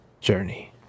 Journey